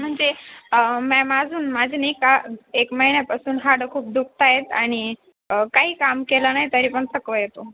म्हणजे मॅम अजून माझ्या नाही का एक महिन्यापासून हाडं खूप दुखत आहेत आणि काही काम केलं नाही तरी पण थकवा येतो